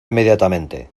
inmediatamente